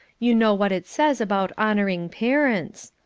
you know what it says about honouring parents.